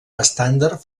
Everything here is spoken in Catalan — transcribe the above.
estàndard